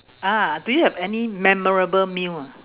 ah do you have any memorable meal ah